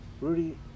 Rudy